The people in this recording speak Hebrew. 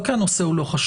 לא כי הנושא הוא לא חשוב.